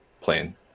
plane